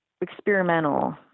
experimental